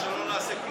שלא נעשה כלום?